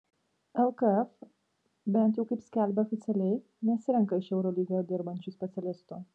lkf bent jau kaip skelbia oficialiai nesirenka iš eurolygoje dirbančių specialistų